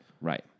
Right